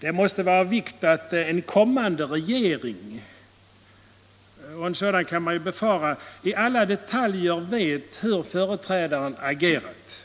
Det måste vara angeläget att en ny regering — och en sådan kan man ju vänta sig — i alla detaljer vet hur företrädaren agerat.